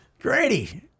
Grady